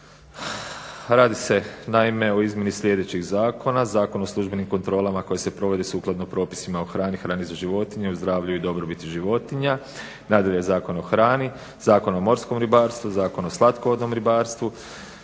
Radi se naime o izmjeni sljedećih zakona: Zakon o službenih kontrolama koje se provode sukladno propisima o hrani, hrani za životinje, o zdravlju i dobrobiti životinja. Nadalje, Zakon o hrani, Zakon o morskom ribarstvu, Zakon o slatkovodnom ribarstvu,